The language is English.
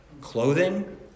clothing